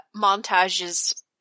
montages